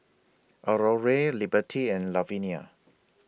Aurore Liberty and Lavinia